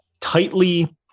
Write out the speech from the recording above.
tightly